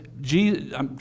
Jesus